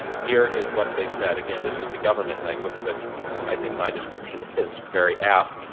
here is what they said. again, this is the government language, but i think my description is very apt.